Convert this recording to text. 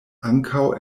ankaŭ